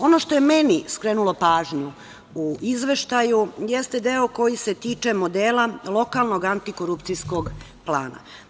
Ono što je meni skrenulo pažnju u izveštaju jeste deo koji se tiče modela lokalnog antikorupcijskog plana.